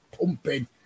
pumping